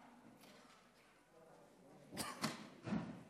סעיפים 1 3 נתקבלו.